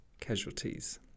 casualties